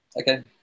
Okay